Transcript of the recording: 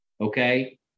okay